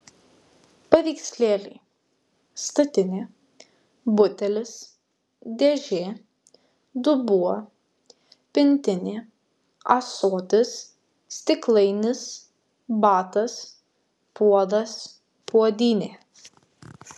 paveikslėliai statinė butelis dėžė dubuo pintinė ąsotis stiklainis batas puodas puodynė